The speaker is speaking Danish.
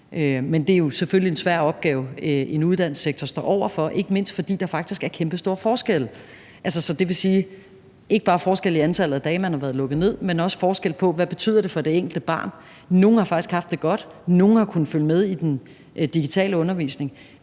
Men det er selvfølgelig en svær opgave, en uddannelsessektor står over for, ikke mindst fordi der faktisk er kæmpestore forskelle. Der er ikke bare forskelle i antallet af dage, man har været lukket ned, men også forskelle på, hvad det betyder for det enkelte barn. Nogle har faktisk haft det godt, nogle har kunnet følge med i den digitale undervisning,